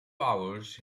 hours